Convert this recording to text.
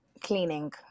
Cleaning